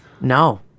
no